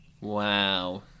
Wow